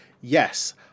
yes